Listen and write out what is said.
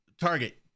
Target